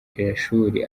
ishuri